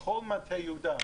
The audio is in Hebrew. בכל מטה יהודה,